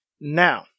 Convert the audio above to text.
now